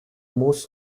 most